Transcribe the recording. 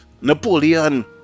Napoleon